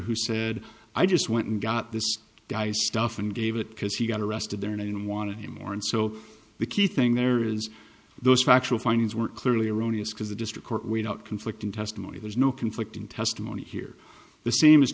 who said i just went and got this guy stuff and gave it because he got arrested there and i don't want to anymore and so the key thing there is those factual findings were clearly erroneous because the district court without conflicting testimony there's no conflicting testimony here the same